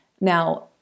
Now